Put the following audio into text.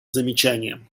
замечанием